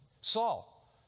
Saul